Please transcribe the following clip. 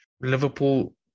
Liverpool